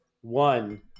one